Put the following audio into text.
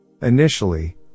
Initially